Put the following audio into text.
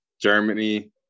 Germany